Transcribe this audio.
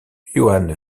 joan